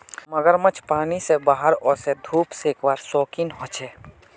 मगरमच्छ पानी से बाहर वोसे धुप सेकवार शौक़ीन होचे